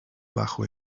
bajo